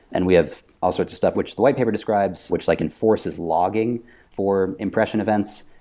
and we have all sorts of stuff, which the whitepaper describes, which like enforces logging for impressions events.